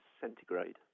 centigrade